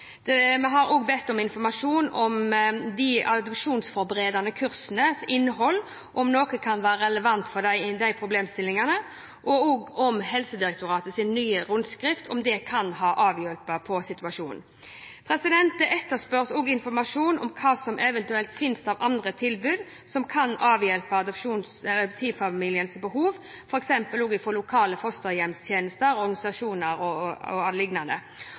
oppstår. Vi har også bedt om informasjon om innholdet i de adopsjonsforberedende kursene, om noe kan være relevant for dem i de problemstillingene, og også om Helsedirektoratets nye rundskriv kan ha avhjulpet situasjonen. Det etterspørres også informasjon om hva som eventuelt fins av andre tilbud som kan avhjelpe adoptivfamilienes behov, fra f.eks. lokale fosterhjemstjenester, organisasjoner o.l. De spørsmålene har jeg bedt direktoratet ha en gjennomgang på, og